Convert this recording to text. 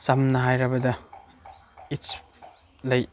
ꯁꯝꯅ ꯍꯥꯏꯔꯕꯗ it's like